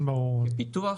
כפיתוח,